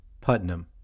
Putnam